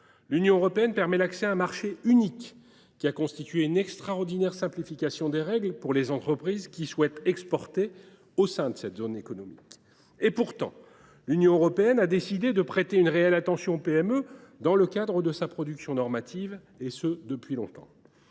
l’Union européenne permet l’accès à un marché unique qui a constitué une extraordinaire simplification des règles pour les entreprises qui souhaitent exporter au sein de cette zone économique. Et pourtant, l’Union européenne a décidé de prêter, et ce depuis longtemps, une réelle attention aux PME dans le cadre de sa production normative. Dans le